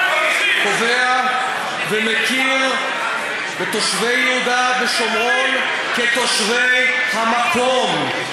קובע ומכיר בתושבי יהודה ושומרון כתושבי המקום.